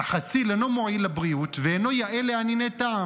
החציל אינו מועיל לבריאות ואינו יאה לאניני טעם,